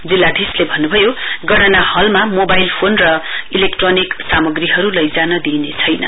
जिल्लाधीशले भन्न्भयो मणना हलमा मोबाइल फोन र इलेक्ट्रोनिक सामग्रीहरु लैजान दिइने छैन